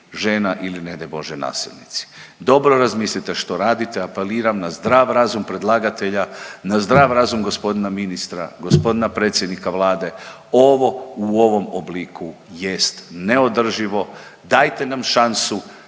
žena ili ne daj Bože nasilnici. Dobro razmislite što radite, apeliram na zdrav razum predlagatelja, na zdrav razum g. ministra, g. predsjednika Vlade. Ovo u ovom obliku jest neodrživo, dajte nam šansu,